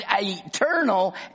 eternal